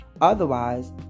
otherwise